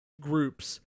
groups